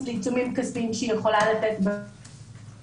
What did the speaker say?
לעיצומים כספיים שהיא יכולה לתת --- תהילה,